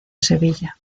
sevilla